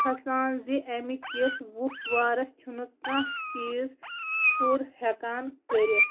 کھسان زِ اَمہِ کِس وُپھ وارَس چھُنہٕ کانہہ چیٖز ٹھوٚر ہٮ۪کان کٔرِتھ